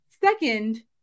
second